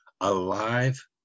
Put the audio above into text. alive